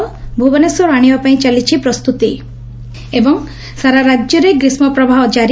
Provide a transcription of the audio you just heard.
ଭୁବନେଶ୍ୱର ଆଶିବା ପାଇଁ ଚାଲିଛି ପ୍ରସ୍ତୁତି ଏବଂ ସାରା ରାଜ୍ୟରେ ଗ୍ରୀଷ୍କ ପ୍ରବାହ ଜାରି